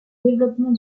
développement